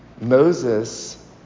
Moses